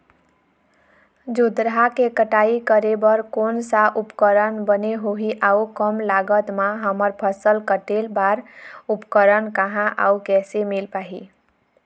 जोंधरा के कटाई करें बर कोन सा उपकरण बने होही अऊ कम लागत मा हमर फसल कटेल बार उपकरण कहा अउ कैसे मील पाही?